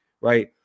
right